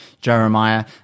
jeremiah